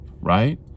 right